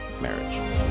marriage